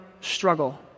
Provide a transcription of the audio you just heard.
struggle